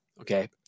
Okay